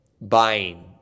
buying